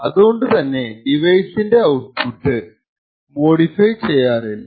അതുകൊണ്ടു തന്നെ ഡിവൈസിന്റെ ഔട്പുട്ട് മോഡിഫൈ ചെയ്യാറില്ല